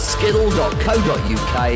Skiddle.co.uk